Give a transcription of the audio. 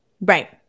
Right